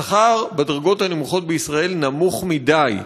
השכר בדרגות הנמוכות בישראל נמוך מדי.